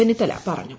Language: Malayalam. ചെന്നിത്തല പറഞ്ഞു